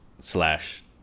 slash